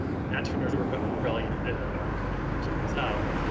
when nat turner's rebellion rebellion carries out,